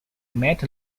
met